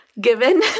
given